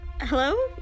Hello